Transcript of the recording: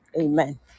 Amen